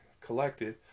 collected